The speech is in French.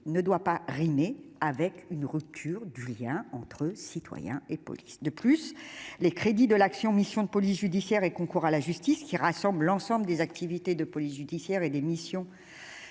ne doit pas se faire au prix d'une rupture du lien entre citoyens et police. De plus, les crédits de l'action Missions de police judiciaire et concours à la justice, qui regroupe l'ensemble des activités de police judiciaire et des missions